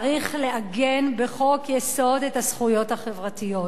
צריך לעגן בחוק-יסוד את הזכויות החברתיות.